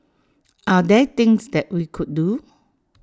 are there things that we could do